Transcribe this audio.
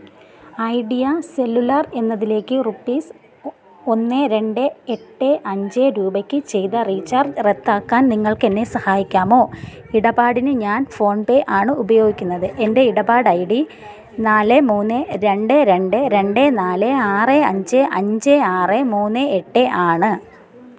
idea Cellular എന്നതിലേക്ക് rupees ഒ ഒന്ന് രണ്ട് എട്ട് അഞ്ച് രൂപയ്ക്ക് ചെയ്ത റീചാർജ് റദ്ദാക്കാൻ നിങ്ങൾക്കെന്നെ സഹായിക്കാമോ ഇടപാടിന് ഞാൻ ഫോൺ പേ ആണ് ഉപയോഗിക്കുന്നത് എൻ്റെ ഇടപാട് ഐ ഡി നാല് മൂന്ന് രണ്ട് രണ്ട് രണ്ട് നാല് ആറ് അഞ്ച് അഞ്ച് ആറ് മൂന്ന് എട്ട് ആണ്